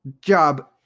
job